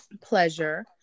pleasure